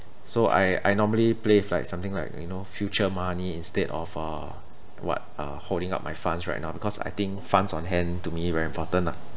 so I I normally play with like something like you know future money instead of uh what uh holding up my funds right now because I think funds on hand to me very important lah